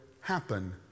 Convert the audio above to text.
happen